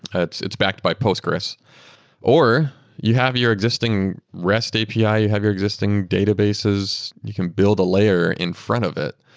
and it's it's backed by postgressql or you have your existing rest api, ah you have your existing databases, you can build a layer in front of it,